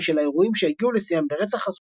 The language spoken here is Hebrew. של האירועים שהגיעו לשיאם ברצח רספוטין,